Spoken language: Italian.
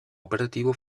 operativo